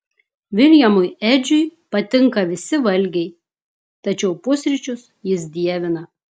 viljamui edžiui patinka visi valgiai tačiau pusryčius jis dievina